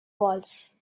walls